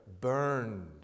burned